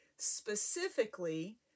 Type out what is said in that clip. Specifically